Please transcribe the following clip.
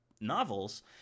novels